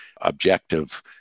objective